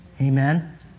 Amen